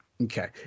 Okay